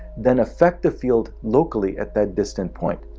then affect the field locally at that distant point.